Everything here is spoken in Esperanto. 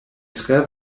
tre